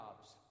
jobs